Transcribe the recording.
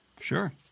Sure